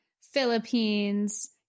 Philippines